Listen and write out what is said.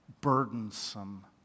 burdensome